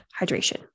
hydration